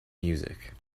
music